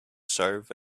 serve